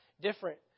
different